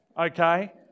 Okay